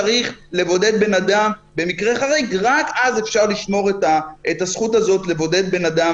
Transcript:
רק אז לשמור את הזכות לבודד בן אדם